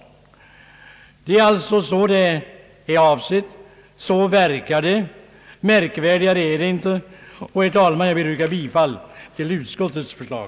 Detta är alltså avsikten. Så verkar det. Märkvärdigare är det inte. Herr talman! Jag yrkar bifall till utskottets förslag.